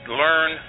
learn